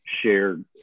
shared